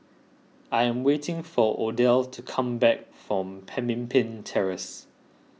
I am waiting for Odell's to come back from Pemimpin Terrace